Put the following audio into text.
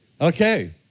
Okay